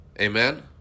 Amen